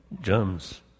germs